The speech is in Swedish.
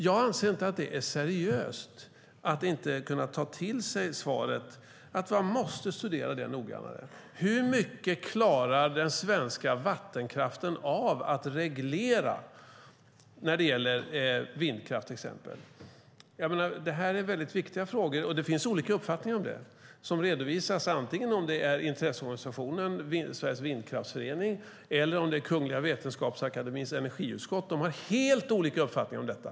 Jag anser inte att det är seriöst att inte kunna ta till sig svaret att man måste studera det noggrannare. Hur mycket klarar den svenska vattenkraften av att reglera när det gäller till exempel vindkraft? Det här är väldigt viktiga frågor, och det finns olika uppfattningar om dem som redovisas antingen av intresseorganisationen Svensk Vindkraftförening eller av Kungliga Vetenskapsakademiens energiutskott. De har helt olika uppfattningar om detta.